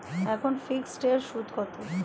এখন ফিকসড এর সুদ কত?